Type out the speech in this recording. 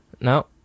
No